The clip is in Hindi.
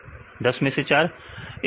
विद्यार्थी 10 में से 4